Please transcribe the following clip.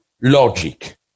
logic